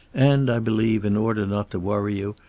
and, i believe, in order not to worry you,